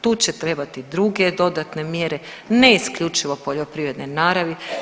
Tu će trebati druge dodatne mjere ne isključivo poljoprivredne naravi.